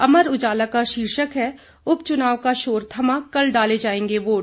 अमर उजाला का शीर्षक है उपचुनाव का शोर थमा कल डाले जाएंगे वोट